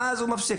ואז הוא מפסיק.